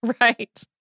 Right